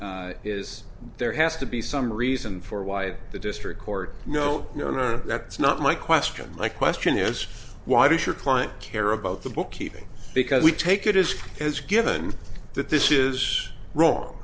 is there has to be some reason for why the district court no no no that's not my question my question is why does your client care about the bookkeeping because we take it as has given that this is wrong